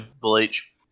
Bleach